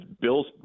bills